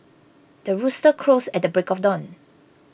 the rooster crows at the break of dawn